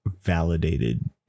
validated